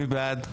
מי בעד?